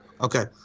Okay